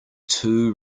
too